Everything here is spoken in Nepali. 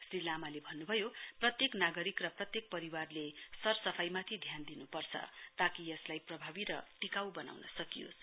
श्री लामाले भन्नुभयो प्रत्येक नागरिक र प्रत्येक परिवारले सरसफाईमाथि ध्यान दिनुपर्छ ताकि यसलाई प्रभावी र टिकाउ बनाउन सकियोस्